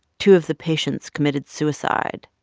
two of the patients committed suicide.